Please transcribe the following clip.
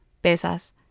pesas